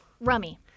Rummy